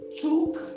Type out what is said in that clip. took